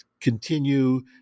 continue